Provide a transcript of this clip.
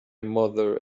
mother